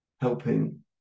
helping